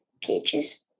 cages